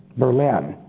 berlin.